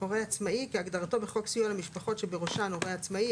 "הורה עצמאי" כהגדרתו בחוק סיוע למשפחות שבראשן הורה עצמאי,